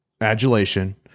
adulation